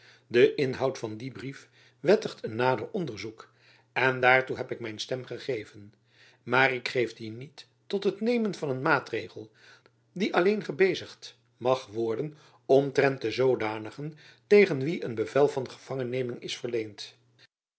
de inhoud van dien brief wettigt een nader onderzoek en daartoe heb ik mijn stem gegeven maar ik geef die niet tot het nemen van een maatregel die alleen gebezigd mag worden omtrent de zoodanigen tegen wie een bevel van gevangenneming is verleend